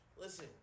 Listen